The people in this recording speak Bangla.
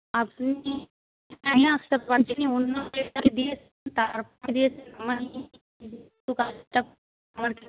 আপনি কি নিয়ে আসতে